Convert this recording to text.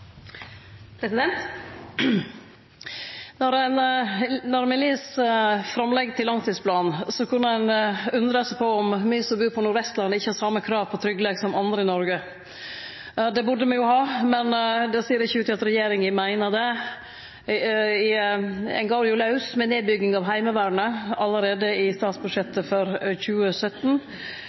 Når me les framlegget til langtidsplan, kan ein undre seg på om me som bur på Nord-Vestlandet, ikkje har same krav på tryggleik som andre i Noreg. Det burde me ha, men det ser ikkje ut til at regjeringa meiner det. Ein går jo laus på nedbygginga av Heimevernet allereie i statsbudsjettet for 2017,